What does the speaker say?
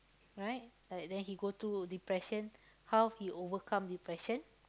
right but then he go through depression how he overcome depression